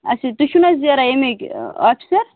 اَچھا تُہۍ چھُو نا حظ راینِکۍ آفیسر